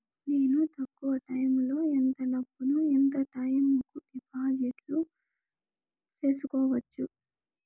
నేను తక్కువ టైములో ఎంత డబ్బును ఎంత టైము కు డిపాజిట్లు సేసుకోవచ్చు?